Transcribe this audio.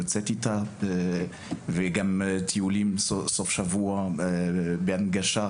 יוצאת איתה וגם טיולים סוף שבוע בהנגשה,